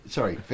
Sorry